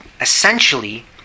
essentially